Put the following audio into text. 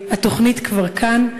התוכנית כבר כאן,